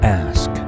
ask